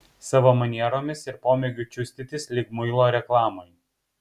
savo manieromis ir pomėgiu čiustytis lyg muilo reklamai